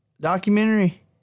documentary